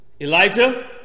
Elijah